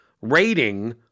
rating